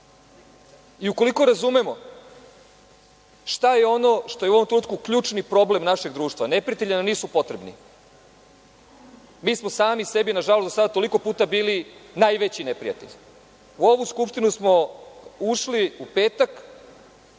i ukoliko razumemo šta je ono što je u ovom trenutku ključni problem našeg društva. Neprijatelji nam nisu potrebni. Mi smo sami sebi, nažalost, do sada toliko puta bili najveći neprijatelji.U ovu Skupštinu smo ušli u petak